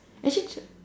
actually